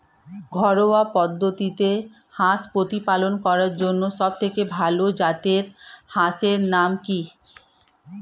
ঘরোয়া পদ্ধতিতে হাঁস প্রতিপালন করার জন্য সবথেকে ভাল জাতের হাঁসের নাম কি?